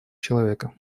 человека